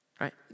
right